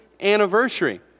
anniversary